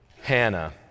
Hannah